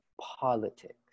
politics